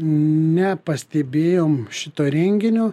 nepastebėjom šito renginio